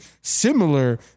similar